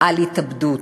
על התאבדות.